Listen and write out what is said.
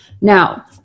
now